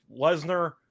Lesnar